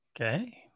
Okay